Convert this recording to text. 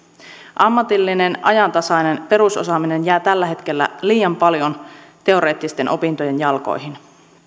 ammatillinen ajantasainen perusosaaminen jää tällä hetkellä liian paljon teoreettisten opintojen jalkoihin